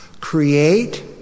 create